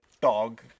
dog